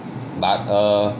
but err